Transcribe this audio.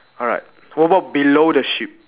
alright what about below the sheep